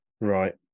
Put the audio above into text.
Right